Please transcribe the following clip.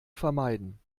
vermeiden